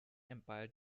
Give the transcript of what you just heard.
empire